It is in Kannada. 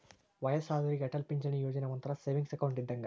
ವಯ್ಯಸ್ಸಾದೋರಿಗೆ ಅಟಲ್ ಪಿಂಚಣಿ ಯೋಜನಾ ಒಂಥರಾ ಸೇವಿಂಗ್ಸ್ ಅಕೌಂಟ್ ಇದ್ದಂಗ